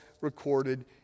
recorded